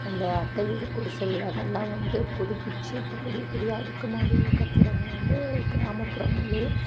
அந்த அட்டை வீடு குடிசை வீடு அதெல்லாம் வந்து புதுப்பிச்சு இப்போ பெரிய பெரிய அடுக்குமாடி கட்டிடங்களை வந்து கிராமப்புறங்களிலேயே